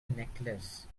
necklace